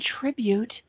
contribute